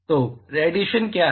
तो रेडिएशन क्या है